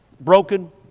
broken